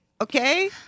okay